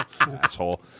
asshole